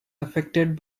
affected